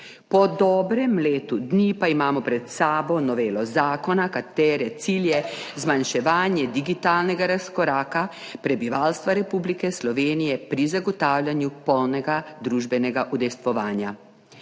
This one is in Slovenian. Po dobrem letu dni pa imamo pred sabo novelo zakona, katere cilj je zmanjševanje digitalnega razkoraka prebivalstva Republike Slovenije pri zagotavljanju polnega družbenega udejstvovanja.